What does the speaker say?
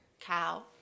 Cow